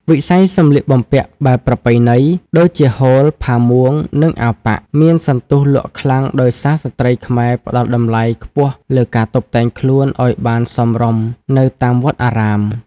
វិស័យសម្លៀកបំពាក់បែបប្រពៃណី ដូចជាហូល ផាមួង និងអាវប៉ាក់ មានសន្ទុះលក់ខ្លាំងដោយសារស្ត្រីខ្មែរផ្តល់តម្លៃខ្ពស់លើការតុបតែងខ្លួនឱ្យបានសមរម្យនៅតាមវត្តអារាម។